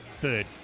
third